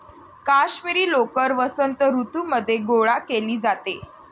काश्मिरी लोकर वसंत ऋतूमध्ये गोळा केली जाते